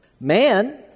Man